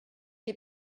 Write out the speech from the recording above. des